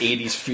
80s